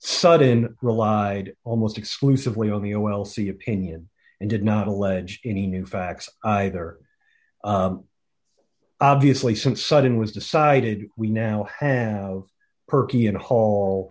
sudden relied almost exclusively on the o l c opinion and did not allege any new facts either obviously some sudden was decided we now have perky and hall